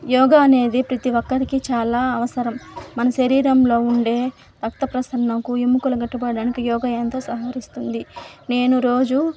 యోగా అనేది ప్రతీ ఒక్కరికి చాలా అవసరం మన శరీరంలో ఉండే రక్త ప్రసరణకు ఎముకలు గట్టిపడడానికి యోగా ఎంతో సహకరిస్తుంది నేను రోజూ